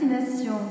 destination